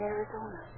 Arizona